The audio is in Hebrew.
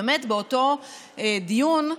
באותו דיון,